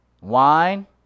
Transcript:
Wine